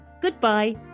goodbye